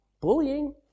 Bullying